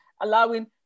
allowing